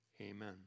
Amen